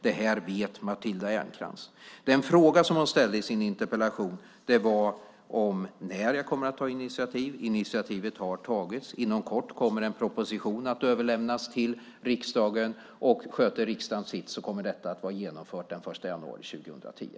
Det här vet Matilda Ernkrans. Den fråga som hon ställe i sin interpellation handlade om när jag kommer att ta initiativ. Initiativet har tagits. Inom kort kommer en proposition att överlämnas till riksdagen, och sköter riksdagen sitt kommer detta att vara genomfört den 1 januari 2010.